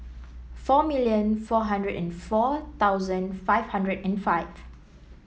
four million four hundred and four thousand five hundred and five